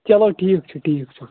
چلو ٹھیٖک چھُ ٹھیٖک چھُ